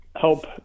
help